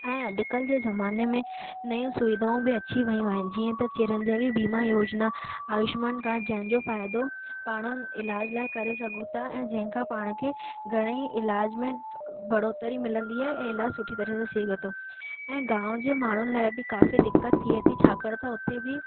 ऐं अॼुकल्ह जे ज़माने में नयूं सुविधाऊं बि अची वियूं आहिनि जीअं त चिरनजीवी बीमा योजना आयुष्मान कार्ड जंहिंजो फ़ाइदो पाण इलाज लाइ करे सघूं था ऐं जंहिं खां पाण खे घणे ई इलाज में बढ़ोतरी मिलंदी आहे ऐं इलाजु सुठी तरह सां थिए थो ऐं गांव जे माण्हुनि लाइ बि काफ़ी दिक़त थिए थी छाकाणि त उते बि